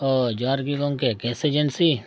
ᱚ ᱡᱚᱦᱟᱨ ᱜᱮ ᱜᱚᱢᱠᱮ ᱠᱮᱥ ᱮᱡᱮᱱᱥᱤ